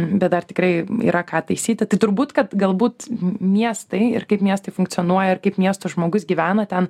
bet dar tikrai yra ką taisyti tai turbūt kad galbūt miestai ir kaip miestai funkcionuoja ir kaip miesto žmogus gyvena ten